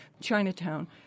Chinatown